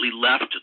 left